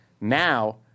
Now